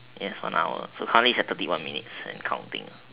yes one hour so currently it's at thirty one minutes and counting